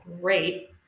great